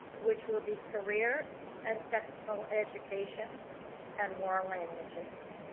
which will be career and technical education and world languages.